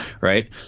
right